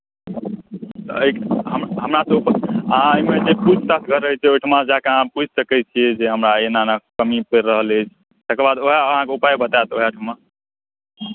अइ हमरासँ ऊपर अहाँ अइमे जे खूब टसगर रहैत छै ओहिठमा जा कऽ अहाँ पुछि सकैत छियै जे हमरा एना एना कमी पड़ि रहल अइ तकरबाद उएह अहाँकेँ उपाय बताएत उएहठमा